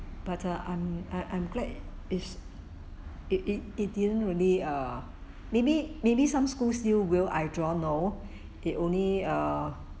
but uh I'm I I'm glad it's it it it didn't really err maybe maybe some schools still will I don't know it only err